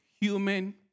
human